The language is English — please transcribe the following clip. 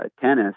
tennis